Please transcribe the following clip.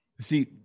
See